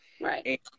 Right